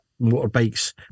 motorbikes